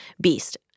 beast